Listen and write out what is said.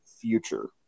future